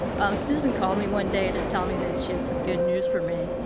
susan called me one day to tell me that she had some good news for me.